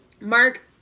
Mark